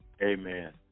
amen